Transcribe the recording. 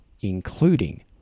including